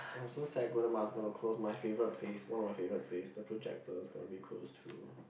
I'm so sad Golden Mile is gonna close my favourite place one of my favourite place the Projector is going to be closed too